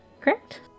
correct